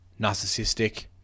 narcissistic